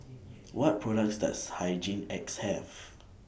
What products Does Hygin X Have